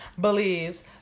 believes